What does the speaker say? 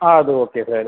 ஆ அது okay sir